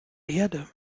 erde